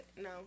No